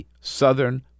Southern